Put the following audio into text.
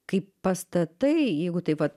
kai pastatai jeigu taip vat